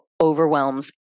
overwhelms